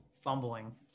fumbling